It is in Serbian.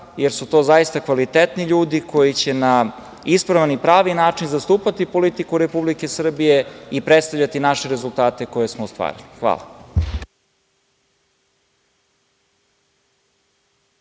jer su to zaista kvalitetni ljudi, koji će na ispravan i pravi način zastupati politiku Republike Srbije i predstavljati naše rezultate koje smo ostvarili. Hvala.